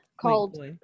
called